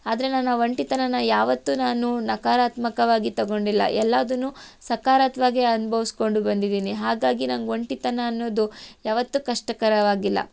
ಆದರೆ ನಾನು ಆ ಒಂಟಿತನನ ಯಾವತ್ತೂ ನಾನು ನಕಾರಾತ್ಮಕವಾಗಿ ತಗೊಂಡಿಲ್ಲ ಎಲ್ಲಾದನ್ನು ಸಕಾರಾತ್ಮಕ್ವಾಗೇ ಅನುಭವಿಸ್ಕೊಂಡು ಬಂದಿದ್ದೀನಿ ಹಾಗಾಗಿ ನನ್ಗೆ ಒಂಟಿತನ ಅನ್ನೋದು ಯಾವತ್ತೂ ಕಷ್ಟಕರವಾಗಿಲ್ಲ